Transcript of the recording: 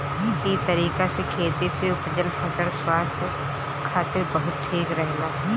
इ तरीका से खेती से उपजल फसल स्वास्थ्य खातिर बहुते ठीक रहेला